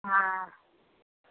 हाँ